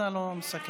אתה לא מסכם.